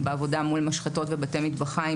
בעבודה מול משחטות ובתי מטבחיים,